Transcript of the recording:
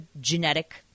genetic